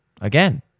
Again